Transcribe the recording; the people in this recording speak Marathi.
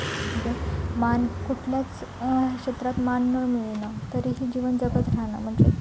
मजे मान कुठल्याच क्षेत्रात मान न मिळणं तरी ही जीवन जगत राहणं म्हणजे